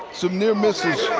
some near-michigans